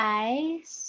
eyes